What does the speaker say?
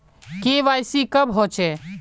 KYC कब होचे?